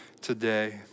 today